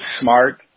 SMART